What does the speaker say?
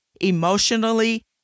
emotionally